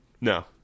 No